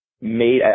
made